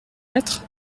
lettre